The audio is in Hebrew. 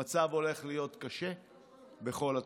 המצב הולך להיות קשה בכל התחומים.